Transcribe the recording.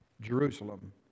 jerusalem